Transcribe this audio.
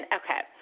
okay